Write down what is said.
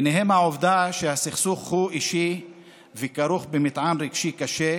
ובהם העובדה שהסכסוך הוא אישי וכרוך במטען רגשי קשה,